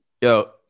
yo